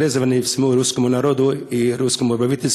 שתי מילים ברוסית: (אומר דברים בשפה הרוסית).